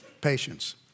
Patience